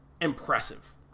impressive